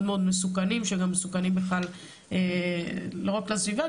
מסוכנים שגם מסוכנים בכלל לא רק לסביבה,